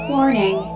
Warning